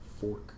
Fork